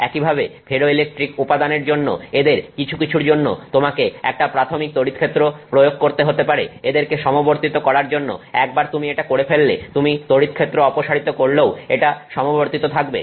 একইভাবে ফেরোইলেকট্রিক উপাদানের জন্য এদের কিছু কিছুর জন্য তোমাকে একটা প্রাথমিক তড়িৎক্ষেত্র প্রয়োগ করতে হতে পারে এদেরকে সমবর্তিত করার জন্য একবার তুমি এটা করে ফেললে তুমি তড়িৎক্ষেত্র অপসারিত করলেও এটা সমবর্তিত থাকবে